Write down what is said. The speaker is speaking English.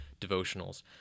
devotionals